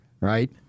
right